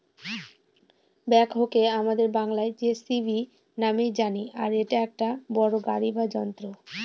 ব্যাকহোকে আমাদের বাংলায় যেসিবি নামেই জানি আর এটা একটা বড়ো গাড়ি বা যন্ত্র